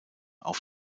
auf